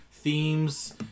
themes